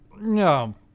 No